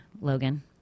Logan